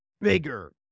bigger